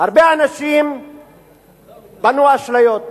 הרבה אנשים בנו אשליות,